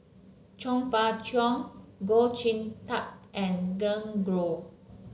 Chong Fah Cheong Goh Tub and Glen Goei